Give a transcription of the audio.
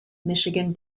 michigan